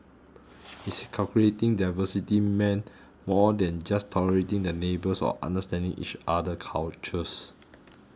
he said corporate in their diversity meant more than just tolerating the neighbours or understanding each other cultures